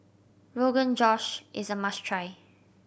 Rogan Josh is a must try